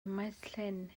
maesllyn